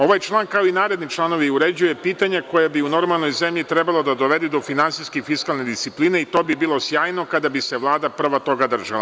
Ovaj član, kao i naredni članovi, uređuje pitanje koje bi u normalnoj zemlji trebalo da dovede do finansijske fiskalne discipline i to bi bilo sjajno kada bi se Vlada prva toga držala.